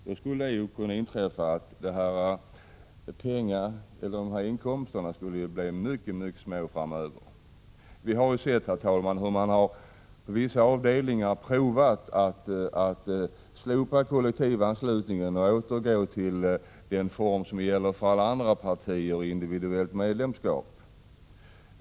Dessa inkomster skulle kunna bli mycket små framöver. Vi har sett, herr talman, hur vissa avdelningar har provat att slopa kollektivanslutningen och återgå till den form som gäller för alla andra partier, dvs. individuellt medlemskap.